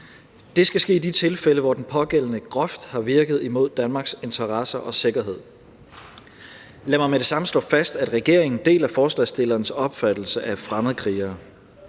Det skal ske i de tilfælde, hvor den pågældende groft har virket imod Danmarks interesser og sikkerhed. Lad mig med det samme slå fast, at regeringen deler forslagsstillernes opfattelse af fremmedkrigere.